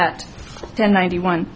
at ten ninety one